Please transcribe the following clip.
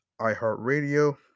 iHeartRadio